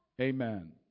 Amen